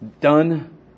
done